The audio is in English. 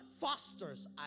fosters